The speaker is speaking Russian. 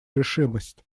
решимость